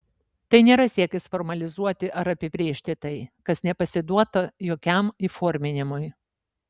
tai nėra siekis formalizuoti ar apibrėžti tai kas nepasiduota jokiam įforminimui